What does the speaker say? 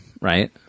right